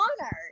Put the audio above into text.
honored